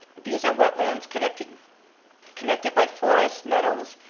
these are wetlands connected connected by forest, meadows,